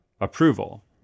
approval